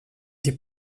die